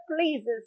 pleases